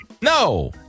No